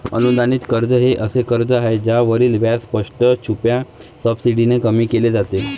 अनुदानित कर्ज हे असे कर्ज आहे ज्यावरील व्याज स्पष्ट, छुप्या सबसिडीने कमी केले जाते